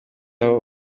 aho